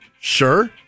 Sure